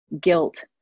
guilt